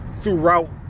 throughout